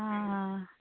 आं